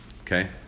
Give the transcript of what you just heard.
Okay